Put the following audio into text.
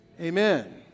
Amen